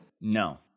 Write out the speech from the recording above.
No